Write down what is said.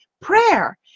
prayer